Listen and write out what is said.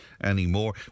anymore